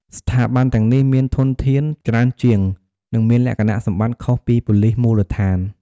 ស្ថាប័នទាំងនេះមាន ធនធាន ច្រើនជាង និងមានលក្ខណៈសម្បត្តិខុសពីប៉ូលិសមូលដ្ឋាន។